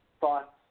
thoughts